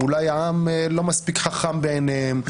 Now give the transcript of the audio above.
אולי העם לא מספיק חכם בעיניהם,